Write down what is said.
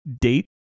date